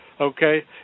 okay